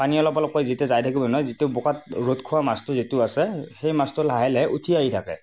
পানী অলপ অলপকৈ যেতিয়া যায় থাকিব ন যেতিয়া বোকাত ৰ'দ খোৱা মাছটো যিটো আছে সেই মাছটো লাহে লাহে উঠি আহি থাকে